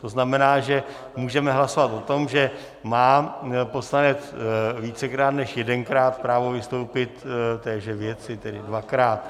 To znamená, že můžeme hlasovat o tom, že má poslanec vícekrát než jedenkrát právo vystoupit v téže věci, tedy dvakrát.